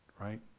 right